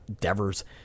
Devers